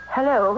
Hello